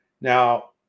now